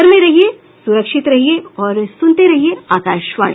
घर में रहिये सुरक्षित रहिये और सुनते रहिये आकाशवाणी